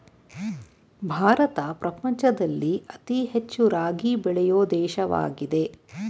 ಭಾರತ ಪ್ರಪಂಚದಲ್ಲಿ ಅತಿ ಹೆಚ್ಚು ರಾಗಿ ಬೆಳೆಯೊ ದೇಶವಾಗಿದೆ